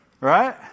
right